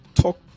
talk